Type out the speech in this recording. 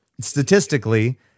statistically